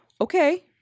okay